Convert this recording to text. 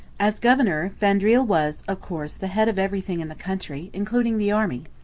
as governor, vaudreuil was, of course, the head of everything in the country, including the army.